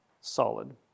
solid